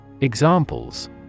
Examples